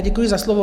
Děkuji za slovo.